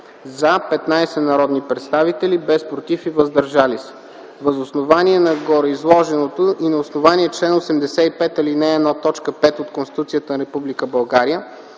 – 15 народни представители, без „против” и „въздържали се”. Въз основа на гореизложеното и на основание чл. 85, ал. 1, т. 5 от Конституцията на